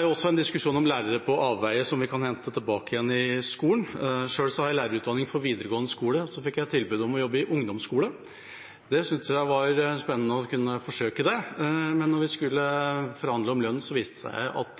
jo også en diskusjon om lærere på avveier som vi kan hente tilbake igjen til skolen. Sjøl har jeg lærerutdanning for videregående skole. Så fikk jeg tilbud om å jobbe i ungdomsskolen. Det syntes jeg var spennende å forsøke, men da jeg skulle forhandle om lønn, viste det seg at